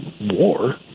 war